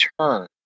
turn